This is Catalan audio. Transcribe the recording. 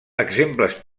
exemples